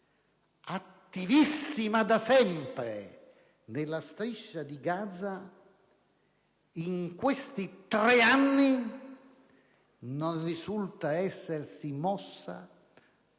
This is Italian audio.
attivissima da sempre nella Striscia di Gaza, in questi tre anni non risulta essersi mossa